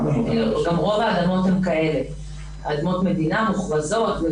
רוב האדמות הן כאלה, אדמות מדינה מוכרזות.